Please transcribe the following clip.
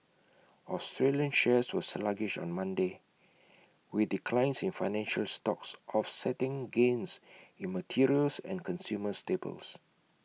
Australian shares were sluggish on Monday with declines in financial stocks offsetting gains in materials and consumer staples